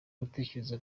gutekereza